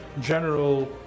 general